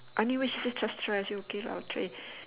anyway she say trust you rise okay lah on tray